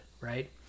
right